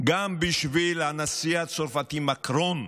גם בשביל הנשיא הצרפתי מקרון,